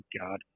god